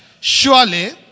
Surely